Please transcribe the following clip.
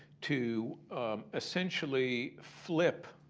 to essentially flip